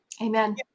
Amen